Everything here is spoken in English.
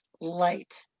light